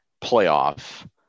playoff